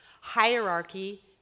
hierarchy